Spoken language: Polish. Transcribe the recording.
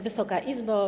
Wysoka Izbo!